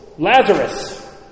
Lazarus